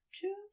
two